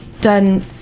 done